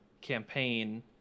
campaign